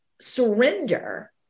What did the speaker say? surrender